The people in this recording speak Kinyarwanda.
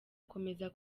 akomeza